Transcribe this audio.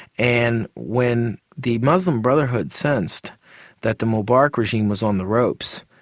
and when the muslim brotherhood sensed that the mubarak regime was on the ropes,